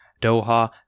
Doha